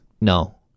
No